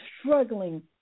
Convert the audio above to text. struggling